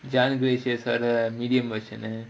john grecius ஓட:oda medium version